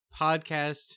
podcast